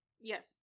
Yes